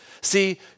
See